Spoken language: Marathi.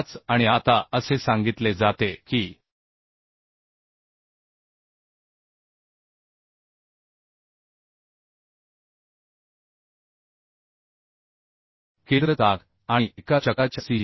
5 आणि आता असे सांगितले जाते की केंद्र चाक आणि एका चक्राच्या cg